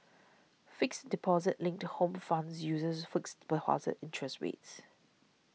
fixed deposit linked home funds uses fixed deposit interest rates